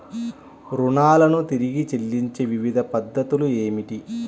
రుణాలను తిరిగి చెల్లించే వివిధ పద్ధతులు ఏమిటి?